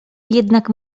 jednak